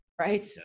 right